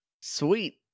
Sweet